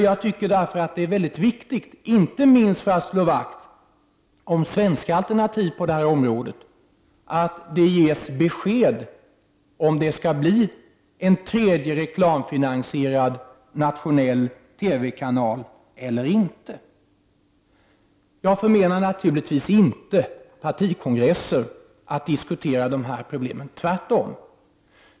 Det är därför enligt min mening mycket viktigt, inte minst för att slå vakt om svenska alternativ på detta område, att det ges besked om ifall det skall bli en tredje reklamfinansierad nationell TV-kanal eller inte. Jag förmenar naturligtvis inte partikongresser att diskutera dessa pro blem, tvärtom.